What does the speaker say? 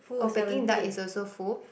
oh Peking duck is also full